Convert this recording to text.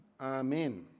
Amen